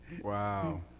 Wow